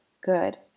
good